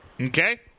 Okay